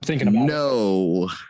no